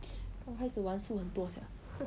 刚开始玩输很多 sia